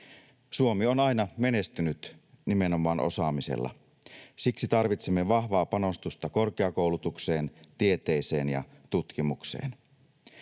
Suomi on aina menestynyt nimenomaan osaamisella. Siksi tarvitsemme vahvaa panostusta korkeakoulutukseen, tieteeseen ja tutkimukseen.